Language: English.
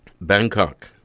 Bangkok